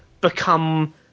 become